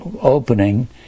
opening